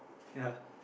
ya